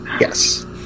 yes